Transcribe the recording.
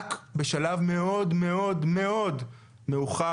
רק בשלב מאוד מאוד מאוד מאוחר,